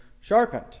sharpened